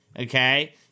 Okay